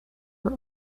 were